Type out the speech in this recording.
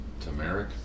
turmeric